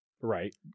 right